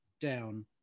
down